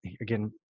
again